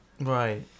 Right